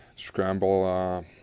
Scramble